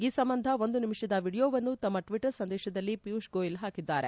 ಈ ಸಂಬಂಧ ಒಂದು ನಿಮಿಷದ ವೀಡಿಯೋವನ್ನು ತಮ್ನ ಟ್ವೀಟರ್ ಸಂದೇತದಲ್ಲಿ ಪಿಯೂಷ್ ಗೋಯಲ್ ಹಾಕಿದ್ದಾರೆ